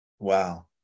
wow